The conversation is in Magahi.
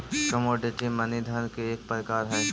कमोडिटी मनी धन के एक प्रकार हई